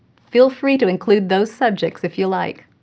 feel free to include those subjects if you like.